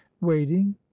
waiting